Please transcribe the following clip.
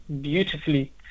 beautifully